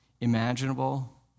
imaginable